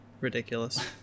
ridiculous